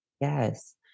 Yes